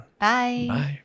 Bye